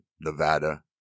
Nevada